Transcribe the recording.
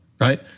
right